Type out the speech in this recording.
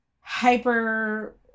hyper